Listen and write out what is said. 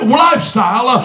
lifestyle